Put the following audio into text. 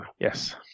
yes